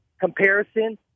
comparison